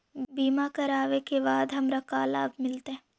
बीमा करवला के बाद हमरा का लाभ मिलतै?